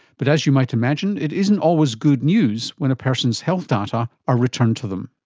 but as you might imagine, it isn't always good news when a person's health data are returned to them.